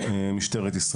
ומורכבותה.